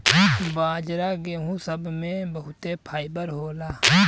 बाजरा गेहूं सब मे बहुते फाइबर होला